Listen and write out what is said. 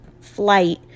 flight